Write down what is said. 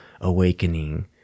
awakening